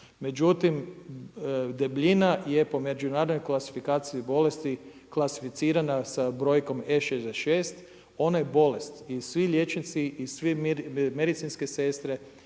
Međutim debljina je po međunarodnoj klasifikaciji bolesti klasificirana sa brojkom E66. Ona je bolest i svi liječnici i svi medicinske sestre,